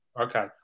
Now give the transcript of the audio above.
Okay